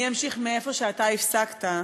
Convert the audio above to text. אני אמשיך מהמקום שאתה הפסקת.